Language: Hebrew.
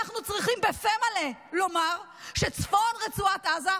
אנחנו צריכים לומר בפה מלא שצפון רצועת עזה,